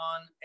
on